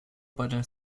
para